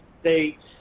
states